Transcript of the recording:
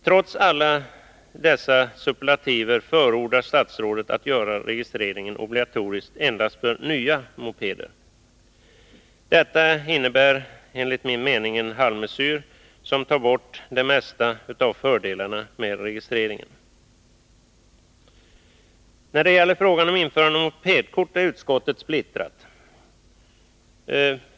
Trots alla dessa superlativer förordar statsrådet att man gör registreringen obligatorisk endast för nya mopeder. Det är enligt min mening en halvmesyr, som tar bort det mesta av fördelarna med en registrering. När det gäller frågan om införande av mopedkort är utskottet splittrat.